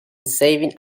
saving